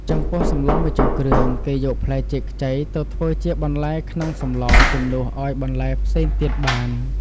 ចំពោះសម្លរម្ជូរគ្រឿង គេយកផ្លែចេកខ្ចីទៅធ្វើជាបន្លែក្នុងសម្លរជំនួសឱ្យបន្លែផ្សេងទៀតបាន។